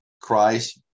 Christ